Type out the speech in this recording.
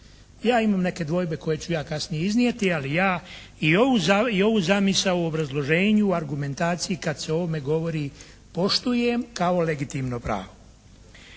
Ja imam neke dvojbe koje ću ja kasnije iznijeti ali ja i ovu zamisao u obrazloženju, argumentaciji kad se o ovome govori poštujem kao legitimno pravo.